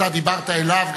אתה דיברת אליו.